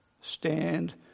stand